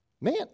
man